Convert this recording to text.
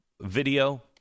video